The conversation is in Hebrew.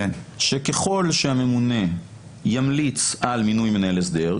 ככל שהממונה ימליץ על מינוי מנהל הסדר,